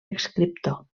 escriptor